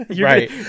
right